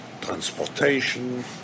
transportation